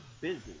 busy